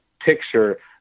picture